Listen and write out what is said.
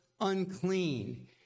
unclean